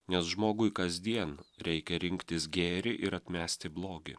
nes žmogui kasdien reikia rinktis gėrį ir atmesti blogį